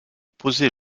poser